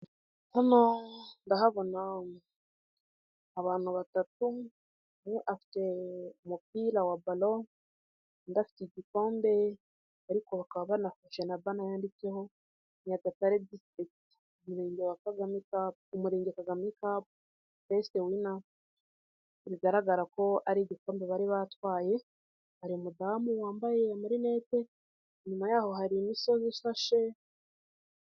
Hano ndahabona abantu batatu, umwe afite umupira wa balon undi Afite igikombe ariko bakaba banafashe na banderole yanditseho nyagatare district Umurenge kagame cup best winner bigaragara ko ari igikombe bari batwaye hari umudamu wambaye amarinete, Inyuma yaho hari imisozi ishashe.